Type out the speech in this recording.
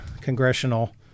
congressional